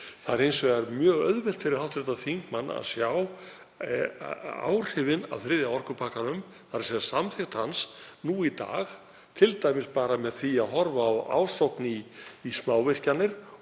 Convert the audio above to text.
Það er hins vegar mjög auðvelt fyrir hv. þingmann að sjá áhrifin af þriðja orkupakkanum, þ.e. samþykkt hans, nú í dag, t.d. bara með því að horfa á ásókn í smávirkjanir